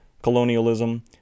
Colonialism